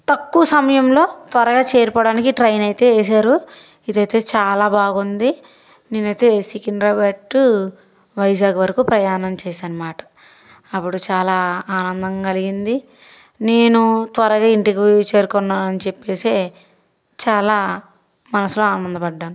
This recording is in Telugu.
తక్కువ సమయంలో త్వరగా చేరిపోవడానికి ట్రైన్ అయితే వేసారు ఇదైతే చాలా బాగుంది నేనైతే సికింద్రాబాద్ టు వైజాగ్ వరకు ప్రయాణం చేశాను అనమాట అప్పుడు చాలా ఆనందం కలిగింది నేను త్వరగా ఇంటికి చేరుకున్న అని చెప్పేసి చాలా మనసులో ఆనందపడ్డాను